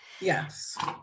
yes